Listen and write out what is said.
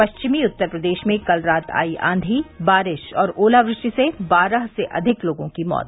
पश्चिमी उत्तर प्रदेश में कल रात आई आंधी बारिश और ओलावृष्टि से बारह से अधिक लोगों की मौत